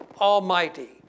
almighty